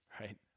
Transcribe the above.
right